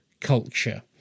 culture